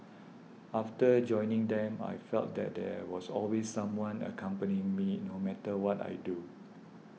after joining them I felt that there was always someone accompanying me no matter what I do